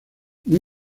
muy